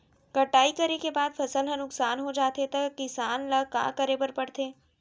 कटाई करे के बाद फसल ह नुकसान हो जाथे त किसान ल का करे बर पढ़थे?